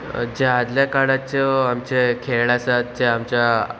जे आदल्या काळाच्यो आमचे खेळ आसात जे आमच्या